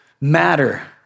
matter